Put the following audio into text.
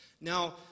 Now